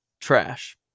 trash